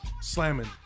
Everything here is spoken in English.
Slamming